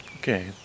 Okay